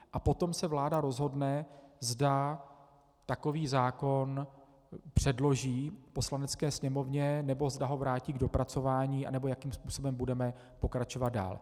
A potom se vláda rozhodne, zda takový zákon předloží Poslanecké sněmovně, nebo zda ho vrátí k dopracování, nebo jakým způsobem budeme pokračovat dál.